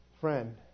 friend